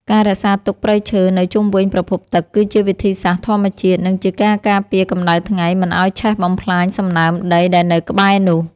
ការរក្សាទុកព្រៃឈើនៅជុំវិញប្រភពទឹកគឺជាវិធីសាស្ត្រធម្មជាតិ និងជាការការពារកម្តៅថ្ងៃមិនឱ្យឆេះបំផ្លាញសំណើមដីដែលនៅក្បែរនោះ។